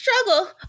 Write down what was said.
Struggle